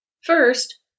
First